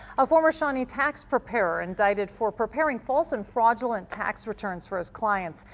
a former shawnee tax preparer indicted for preparing false and fraudulent tax returns for his clients.